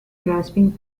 grasping